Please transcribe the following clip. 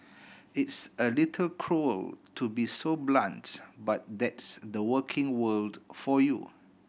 it's a little cruel to be so blunts but that's the working world for you